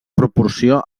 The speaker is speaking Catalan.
proporció